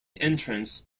entrance